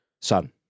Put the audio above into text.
Son